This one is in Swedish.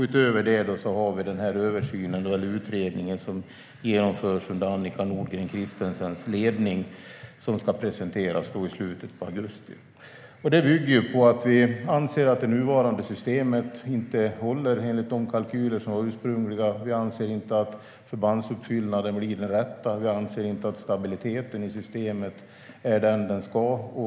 Utöver detta har vi den översyn eller utredning som genomförs under Annika Nordgren Christensens ledning och som ska presenteras i slutet av augusti. Den bygger på att vi anser att det nuvarande systemet inte håller enligt de kalkyler som var ursprungliga. Vi anser inte att förbandsuppfyllnaden blir den rätta, och vi anser inte att stabiliteten i systemet är som den ska vara.